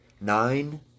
nine